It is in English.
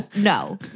No